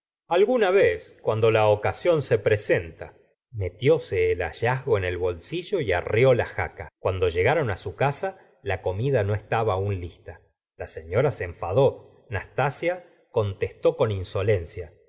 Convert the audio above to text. alguna vez cuando la ocasión se presenta metióse el hallazgo en el bolsillo y arreó la jaca cuando llegaron su casa la comida no estaba aún lista la señora se enfadó nastasia contestó con insolencia